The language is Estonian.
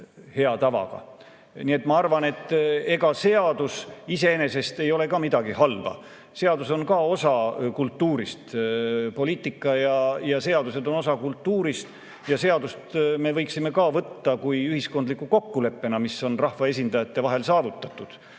hea tavaga. Nii et ma arvan, et seaduses iseenesest ei ole midagi halba. Seadus on ka osa kultuurist. Poliitika ja seadused on osa kultuurist ja seadust me võiksime ka võtta ühiskondliku kokkuleppena, mis on rahvaesindajate vahel saavutatud,